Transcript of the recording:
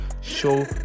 show